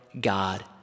God